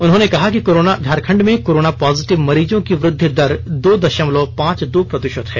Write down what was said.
उन्होंने कहा कि झारखंड में कोरोना पॉजिटिव मरीजों की वृद्धि दर दो दषमलव पांच दो प्रतिशत है